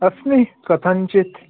अस्मि कथञ्चित्